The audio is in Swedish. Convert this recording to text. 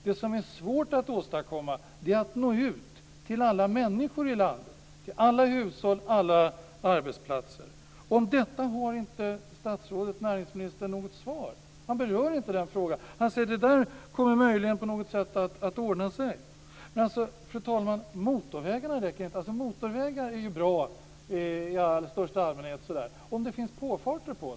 Det som är svårt att åstadkomma är att nå ut till alla människor i landet, till alla hushåll och alla arbetsplatser. På detta har näringsministern inte något svar. Han berör inte frågan. Han säger att det där kommer möjligen på något sätt att ordna sig. Fru talman! Motorvägar är bra i största allmänhet om det finns påfarter till dem.